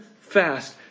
fast